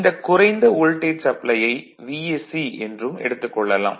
இந்தக் குறைந்த வோல்டேஜ் சப்ளையை Vsc என்று எடுத்துக் கொள்வோம்